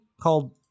called